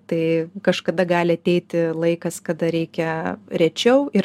tai kažkada gali ateiti laikas kada reikia rečiau ir